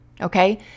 okay